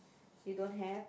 you don't have